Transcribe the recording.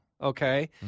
Okay